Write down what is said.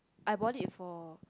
I bought it for